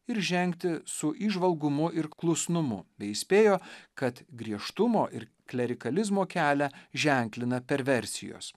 ir žengti su įžvalgumu ir klusnumu bei įspėjo kad griežtumo ir klerikalizmo kelią ženklina perversijos